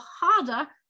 harder